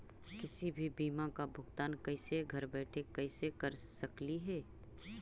किसी भी बीमा का भुगतान कैसे घर बैठे कैसे कर स्कली ही?